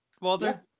Walter